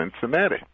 Cincinnati